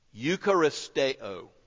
eucharisteo